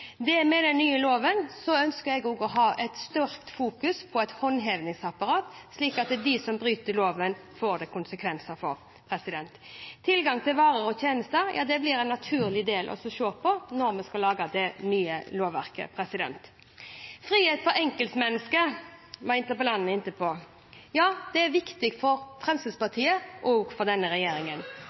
Med den nye loven ønsker jeg å ha et stort fokus på et håndhevingsapparat, slik at for dem som bryter loven, får det konsekvenser. Når det gjelder tilgangen på varer og tjenester, blir det en naturlig del å se på dette når vi skal lage det nye lovverket. Frihet for enkeltmennesket var interpellanten inne på – ja, det er viktig for Fremskrittspartiet og for denne regjeringen.